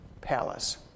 palace